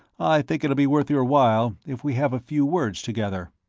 i think it'll be worth your while if we have a few words together.